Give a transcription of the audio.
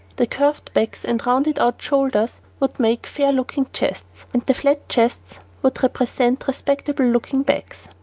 the curved backs and rounded-out shoulders would make fair-looking chests, and the flat chests would represent respectable-looking backs.